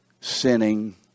sinning